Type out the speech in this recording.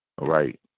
right